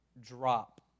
drop